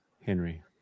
Henry